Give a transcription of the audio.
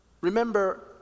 remember